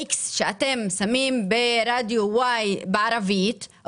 X שאתם מעלים ברדיו בערבית,